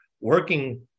working